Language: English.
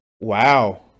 wow